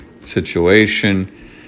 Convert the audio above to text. situation